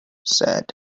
said